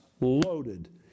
loaded